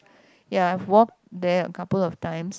ya walk there a couple of times